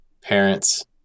parents